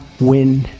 win